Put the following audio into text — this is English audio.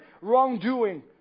wrongdoing